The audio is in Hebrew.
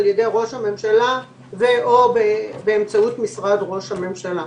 ידי ראש הממשלה או באמצעות משרד ראש הממשלה.